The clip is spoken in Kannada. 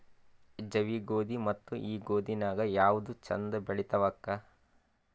ಜವಿ ಗೋಧಿ ಮತ್ತ ಈ ಗೋಧಿ ನ್ಯಾಗ ಯಾವ್ದು ಛಂದ ಬೆಳಿತದ ಅಕ್ಕಾ?